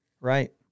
right